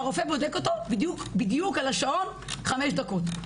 והרופא בודק אותו בדיוק על השעון חמש דקות.